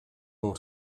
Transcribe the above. more